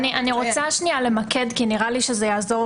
אני רוצה למקד כי נראה לי שזה יעזור